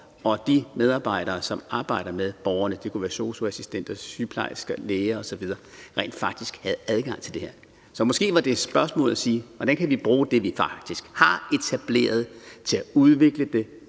og de medarbejdere, som arbejder med borgerne – det kunne være sosu-assistenter, sygeplejersker, læger osv. – rent faktisk havde adgang til det her. Så måske er det et spørgsmål om, hvordan vi kan bruge det, vi faktisk har etableret, til at udvikle det